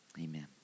amen